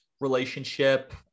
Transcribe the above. relationship